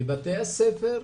בבתי הספר,